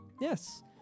Yes